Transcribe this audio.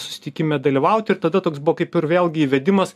susitikime dalyvauti ir tada toks buvo kaip ir vėlgi įvedimas